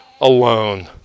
alone